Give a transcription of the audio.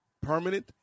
permanent